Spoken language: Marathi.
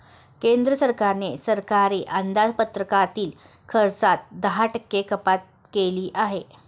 केंद्र सरकारने सरकारी अंदाजपत्रकातील खर्चात दहा टक्के कपात केली आहे